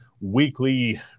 weekly